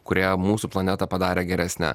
kurie mūsų planetą padarė geresne